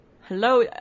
hello